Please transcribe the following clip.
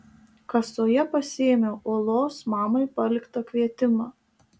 kasoje pasiėmiau olos mamai paliktą kvietimą